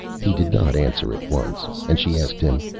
he did not answer at once, and she asked him,